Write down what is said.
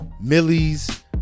Millie's